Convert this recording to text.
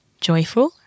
joyful